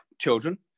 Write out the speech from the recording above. children